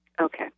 Okay